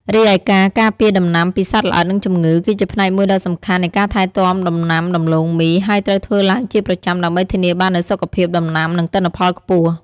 រីឯការការពារដំណាំពីសត្វល្អិត និងជំងឺ គឺជាផ្នែកមួយដ៏សំខាន់នៃការថែទាំដំណាំដំឡូងមី ហើយត្រូវធ្វើឡើងជាប្រចាំដើម្បីធានាបាននូវសុខភាពដំណាំ និងទិន្នផលខ្ពស់។